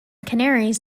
canaries